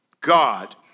God